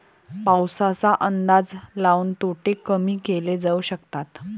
पाऊसाचा अंदाज लाऊन तोटे कमी केले जाऊ शकतात